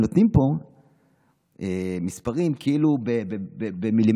הם נותנים פה מספרים כאילו במילימטרים,